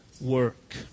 work